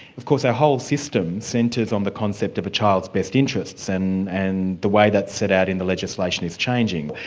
of course our whole system centres on the concept of a child's best interests, and and the the way that's set out in the legislation is changing.